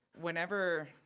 whenever